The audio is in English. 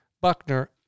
Buckner